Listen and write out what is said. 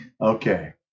Okay